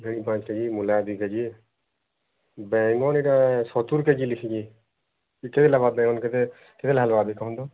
ଭେଣି ପାଞ୍ଚ କେଜି ମୂଳା ଦୁଇ କେଜି ବାଇଗଣ ଏଇଟା ସତୁରୀ କେଜି ଲେଖିଛି କେତେ ହେଲା ଭାବି କହନ୍ତୁ